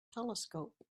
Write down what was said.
telescope